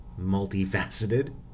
multifaceted